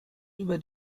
über